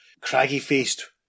craggy-faced